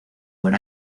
buen